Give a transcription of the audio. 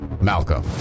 Malcolm